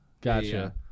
gotcha